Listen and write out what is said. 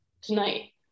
tonight